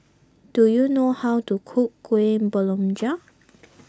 do you know how to cook Kuih Kemboja